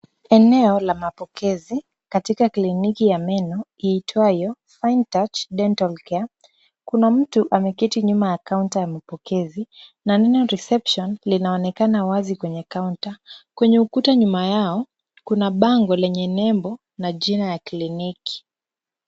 Eneo la mapokezi katika kliniki ya meno iitwayo Fine touch Dental care. Kuna mtu ameketi nyuma ya kaunta ya mapokezi na neno reception linaonekana wazi kwenye kaunta. Kwenye ukuta nyuma yao kuna bango lenye nembo na jina ya kliniki.